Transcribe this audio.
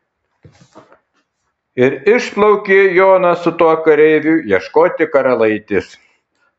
ir išplaukė jonas su tuo kareiviu ieškoti karalaitės